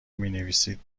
مینویسید